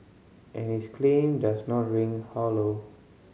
and his claim does not ring hollow